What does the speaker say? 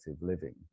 living